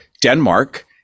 Denmark